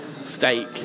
steak